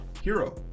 hero